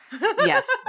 yes